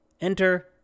Enter